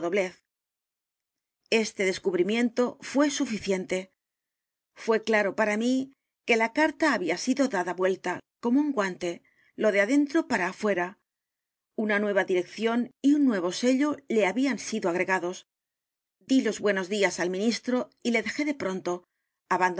este descubrimiento fué suficiente f u é claro p a r a mí que la carta había sido d a d a vuelta como un guante lo de adentro para afuera una nueva dirección y un nuevo sello le habían sido a g r e g a d o s di los buenos días al ministro y le dejó de pronto